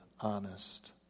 honest